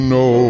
no